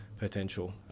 potential